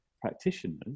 practitioners